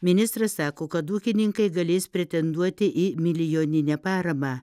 ministras sako kad ūkininkai galės pretenduoti į milijoninę paramą